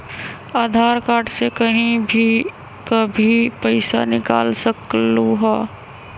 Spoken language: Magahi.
आधार कार्ड से कहीं भी कभी पईसा निकाल सकलहु ह?